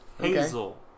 Hazel